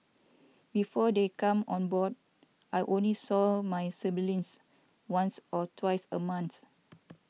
before they came on board I only saw my siblings once or twice a month